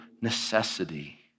necessity